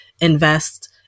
invest